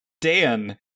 Dan